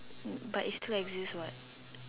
but it still exist what